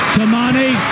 Tamani